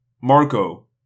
Marco